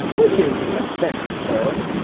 which is an offensive term,